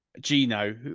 Gino